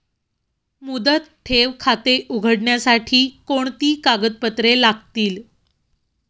मुदत ठेव खाते उघडण्यासाठी कोणती कागदपत्रे लागतील?